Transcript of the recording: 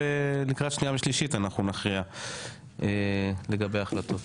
ולקראת שנייה ושלישית אנחנו נכריע לגבי ההחלטות.